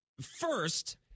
First